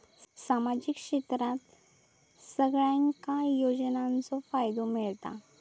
सामाजिक क्षेत्रात सगल्यांका योजनाचो फायदो मेलता?